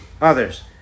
others